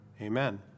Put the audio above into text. Amen